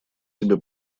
себе